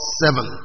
seven